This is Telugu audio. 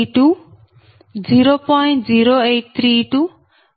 2832 0